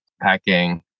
packing